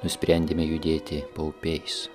nusprendėme judėti paupiais